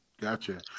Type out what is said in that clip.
Gotcha